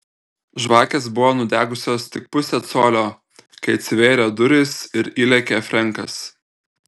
žvakės buvo nudegusios tik pusę colio kai atsivėrė durys ir įlėkė frenkas